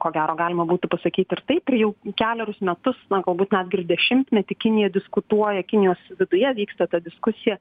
ko gero galima būtų pasakyti ir taip ir jau kelerius metus na galbūt netgi ir dešimtmetį kinija diskutuoja kinijos viduje vyksta ta diskusija